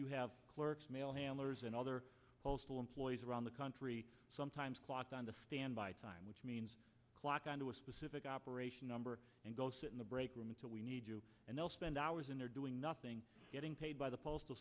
you have clerks mail handlers and other postal employees around the country sometimes clock on the standby time which means clock onto a specific operation number and go sit in the break room until we need you and they'll spend hours in there doing nothing getting paid by the postal